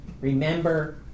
remember